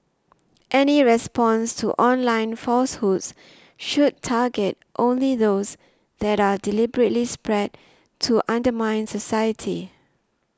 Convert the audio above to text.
any response to online falsehoods should target only those that are deliberately spread to undermine society